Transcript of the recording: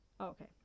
okay